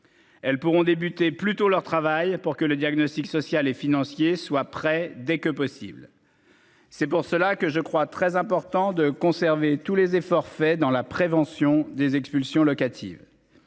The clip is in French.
Elles pourront débuter plutôt leur travail pour que le diagnostic social et financier soit prêt dès que possible. C'est pour cela que je crois très important de conserver tous les efforts faits dans la prévention des expulsions locatives.